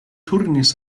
turnis